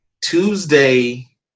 tuesday